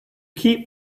keep